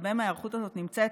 שהרבה מההיערכות הזאת נמצאת